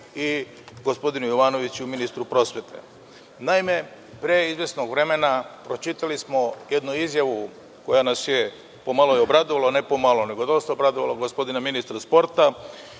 i gospodinu Jovanoviću, ministru prosvete. Naime, pre izvesnog vremena pročitali smo jednu izjavu koja nas je pomalo i obradovala, ne pomalo, nego nas je dosta obradovala, gospodina ministra sporta,